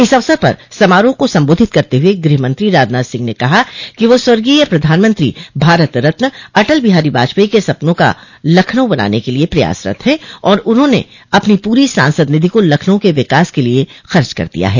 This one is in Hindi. इस अवसर पर समारोह को संबोधित करते हुए गृहमंत्री राजनाथ सिंह ने कहा कि वह स्वर्गीय प्रधानमंत्री भारत रत्न अटल बिहारी वाजपेई के सपनों का लखनऊ बनाने के लिये प्रयासरत है और उन्होंने अपनी पूरी सांसद निधि को लखनऊ के विकास के लिये खर्च कर दिया है